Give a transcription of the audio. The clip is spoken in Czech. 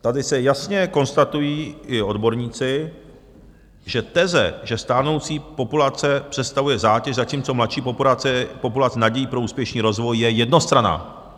Tady jasně konstatují i odborníci, že teze, že stárnoucí populace představuje zátěž, zatímco mladší populace je nadějí pro úspěšný rozvoj, je jednostranná.